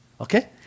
Okay